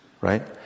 Right